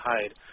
hide